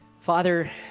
Father